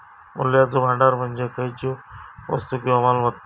मूल्याचो भांडार म्हणजे खयचीव वस्तू किंवा मालमत्ता